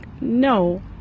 No